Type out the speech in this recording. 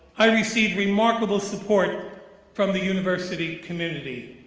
i received remarkable support from the university community